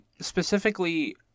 specifically